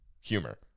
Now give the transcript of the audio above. humor